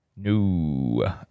No